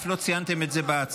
לא ציינתם את זה בהצעה,